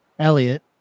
Elliot